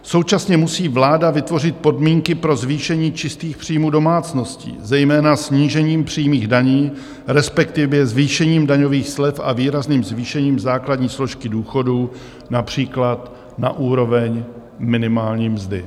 Současně musí vláda vytvořit podmínky pro zvýšení čistých příjmů domácností, zejména snížením přímých daní, respektive zvýšením daňových slev a výrazným zvýšením základní složky důchodů, například na úroveň minimální mzdy.